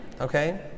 Okay